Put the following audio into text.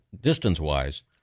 distance-wise